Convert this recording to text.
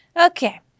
Okay